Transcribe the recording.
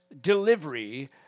delivery